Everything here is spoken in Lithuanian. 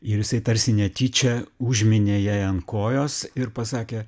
ir jisai tarsi netyčia užminė jai ant kojos ir pasakė